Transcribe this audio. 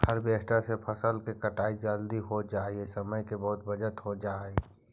harvester से फसल के कटाई जल्दी हो जाई से समय के बहुत बचत हो जाऽ हई